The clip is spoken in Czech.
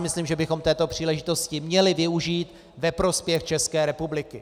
Myslím, že bychom této příležitosti měli využít ve prospěch České republiky.